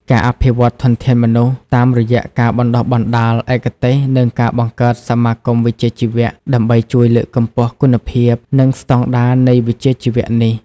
ការអភិវឌ្ឍន៍ធនធានមនុស្សតាមរយៈការបណ្តុះបណ្តាលឯកទេសនិងការបង្កើតសមាគមវិជ្ជាជីវៈ ដើម្បីជួយលើកកម្ពស់គុណភាព និងស្តង់ដារនៃវិជ្ជាជីវៈនេះ។